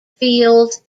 fields